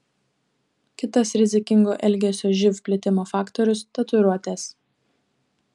kitas rizikingo elgesio živ plitimo faktorius tatuiruotės